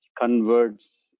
converts